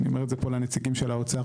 אני אומר זה פה לנציגים של האוצר,